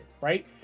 right